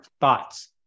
thoughts